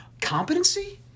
Competency